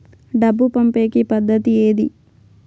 డబ్బు పంపేకి పద్దతి ఏది